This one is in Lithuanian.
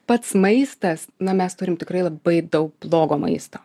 pats maistas na mes turim tikrai labai daug blogo maisto